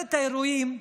שרשרת האירועים,